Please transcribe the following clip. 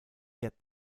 get